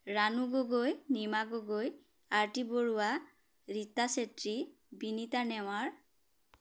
Ranu Gogoi Nima Gogoi Arati Baruah Rita Chetri Binita Newar